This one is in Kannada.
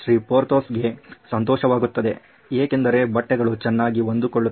ಪೋರ್ಥೋಸ್ ಗೆ ಸಂತೋಷವಾಗುತ್ತದೆ ಏಕೆಂದರೆ ಬಟ್ಟೆಗಳು ಚೆನ್ನಾಗಿ ಹೊಂದುಕೊಳ್ಳುತ್ತವೆ